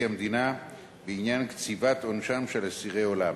המדינה בעניין קציבת עונשם של אסירי עולם